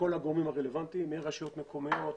לכל הגורמים הרלוונטיים מהרשויות המקומיות,